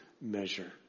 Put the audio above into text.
measure